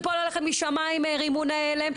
לא היה צריך לפול עליכם משמיים רימוני הלם,